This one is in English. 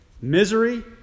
misery